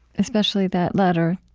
especially that latter,